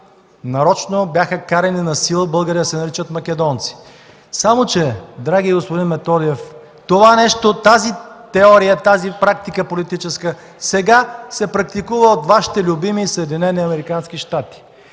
нарочно бяха карани насила българи да се наричат македонци. Само че, драги господин Методиев, това нещо, тази теория, тази политическа практика сега се практикува от Вашите любими